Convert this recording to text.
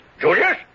Julius